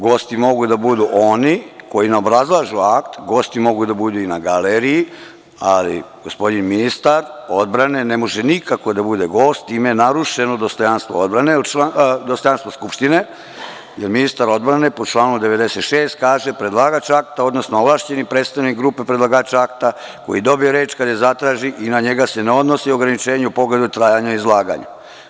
Gosti mogu da budu oni koji ne obrazlažu akt, gosti mogu da budu i na galeriji, ali gospodin ministar odbrane ne može nikako da bude gost i time je narušeno dostojanstvo Skupštine, jer ministar odbrane po članu 96. kaže – predlagač akta, odnosno ovlašćeni predstavnik grupe predlagača akta koji je dobije reč kad je zatraži i na njega se ne odnosi ograničenje u pogledu trajanja izlaganja.